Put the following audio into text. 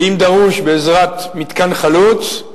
ואם דרוש, בעזרת מתקן חלוץ,